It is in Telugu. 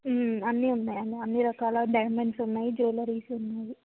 అన్నీ ఉన్నాయండి అన్నీ రకాల డైమండ్స్ ఉన్నాయి జూలరీస్ ఉన్నాయి